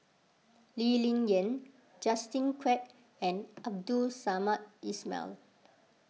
Lee Ling Yen Justin Quek and Abdul Samad Ismail